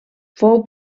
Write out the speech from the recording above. fou